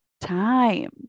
time